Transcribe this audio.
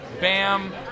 Bam